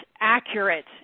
accurate